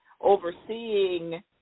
overseeing